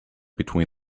between